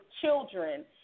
children